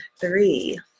three